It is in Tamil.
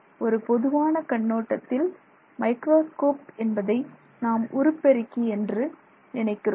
ஒரு பொதுவான கண்ணோட்டத்தில் மைக்ராஸ்கோப் என்பதை நாம் உருப்பெருக்கி என்று நினைக்கிறோம்